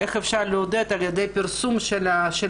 איך אפשר לעודד על ידי פרסום שלהם